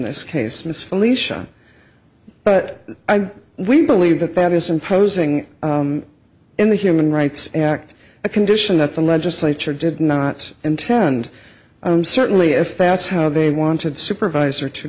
this case miss felicia but i we believe that that is imposing in the human rights act a condition that the legislature did not intend i'm certainly if that's how they wanted supervisor to